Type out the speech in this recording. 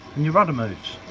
and your rudder moves.